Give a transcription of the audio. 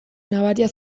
nabaria